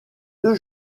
deux